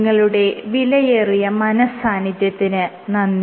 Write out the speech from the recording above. നിങ്ങളുടെ വിലയേറിയ മനഃസാന്നിധ്യത്തിന് നന്ദി